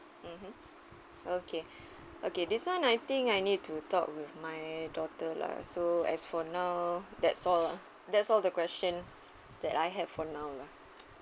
mmhmm okay okay this [one] I think I need to talk with my daughter lah so as for now that's all lah that's all the questions that I have for now lah